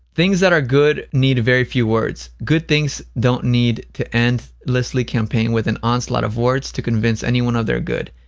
things that are good need very few words. good things don't need to and endlessly campaign with an onslaught of words to convince anyone of their good.